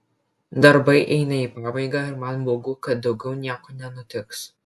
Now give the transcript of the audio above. darbai eina į pabaigą ir man baugu kad daugiau nieko nenutiks